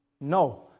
No